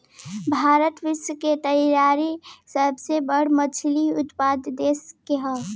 भारत विश्व के तीसरा सबसे बड़ मछली उत्पादक देश ह